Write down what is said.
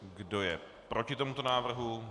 Kdo je proti tomuto návrhu?